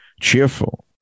cheerful